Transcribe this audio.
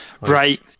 Right